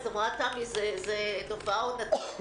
אמרה תמי זנדברג: זה תופעה עונתית.